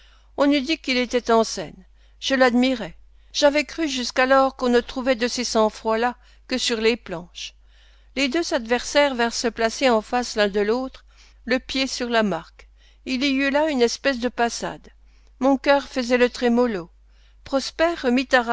on eût dit qu'il était en scène je l'admirais j'avais cru jusqu'alors qu'on ne trouvait de ces sang froids là que sur les planches les deux adversaires vinrent se placer en face l'un de l'autre le pied sur la marque il y eut là une espèce de passade mon cœur faisait le trémolo prosper remit